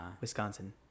wisconsin